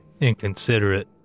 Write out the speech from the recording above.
inconsiderate